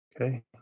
Okay